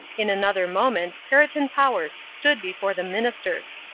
in another moment perriton powers stood before the ministers.